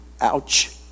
ouch